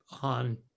on